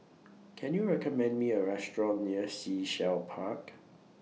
Can YOU recommend Me A Restaurant near Sea Shell Park